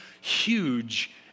huge